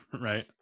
Right